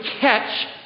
catch